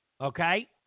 Okay